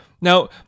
Now